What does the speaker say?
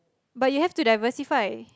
but you have to diversify